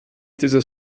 dieses